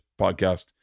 podcast